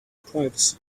privacy